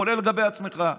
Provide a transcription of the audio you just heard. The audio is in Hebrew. כולל לגבי עצמך,